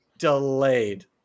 Delayed